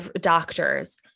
doctors